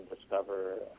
discover